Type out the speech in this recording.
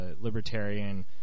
libertarian